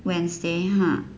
wednesday !huh!